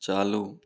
चालू